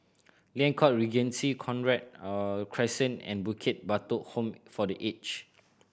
Liang Court Regency Cochrane Crescent and Bukit Batok Home for The Aged